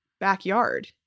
backyard